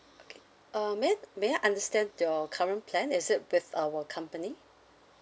okay um may I may I understand your current plan is it with our company